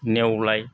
नेवलाय